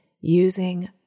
using